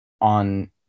on